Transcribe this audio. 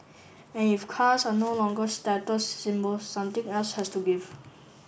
and if cars are no longer status symbols something else has to give